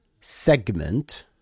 segment